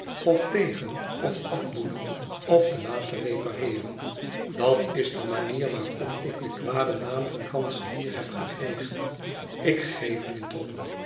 of vegen of afboenen of te laten repareeren dat is de manier waarop ik den kwaden naam van kanselier heb gekregen ik geef er niet om